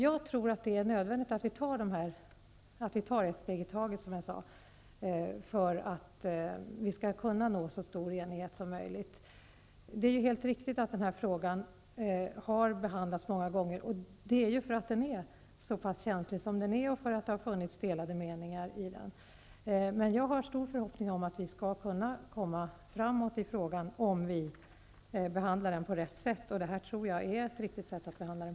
Jag tror att det är nödvändigt att vi tar ett steg i taget, som jag sade, för att kunna nå så stor enighet som möjligt. Det är helt riktigt att frågan har behandlats många gånger, och det beror på att den är så pass känslig och på att det har funnits delade meningar. Jag har stor förhoppning om att vi skall kunna komma framåt i frågan, om vi behandlar den på rätt sätt -- och det tror jag att det här är.